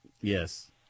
Yes